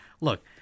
Look